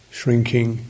shrinking